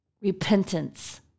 repentance